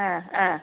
അ ആ